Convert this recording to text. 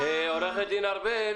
בחקיקה.